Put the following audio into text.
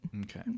Okay